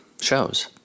shows